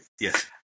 Yes